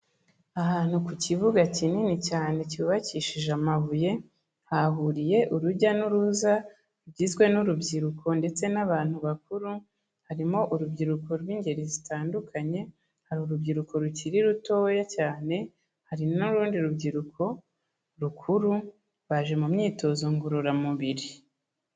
Ahantu ku kibuga kinini cyane cyubakishije amabuye, hahuriye urujya n'uruza rugizwe n'urubyiruko ndetse n'abantu bakuru, harimo urubyiruko rw'ingeri zitandukanye, hari urubyiruko rukiri rutoya cyane, hari n'urundi rubyiruko rukuru, baje mu myitozo ngororamubiri.